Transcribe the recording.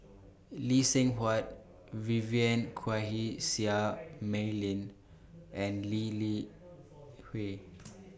Lee Seng Huat Vivien Quahe Seah Mei Lin and Lee Li Hui